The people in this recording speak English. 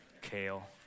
Kale